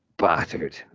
battered